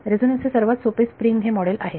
resonance चे सर्वात सोपे स्प्रिंग हे मॉडेल आहे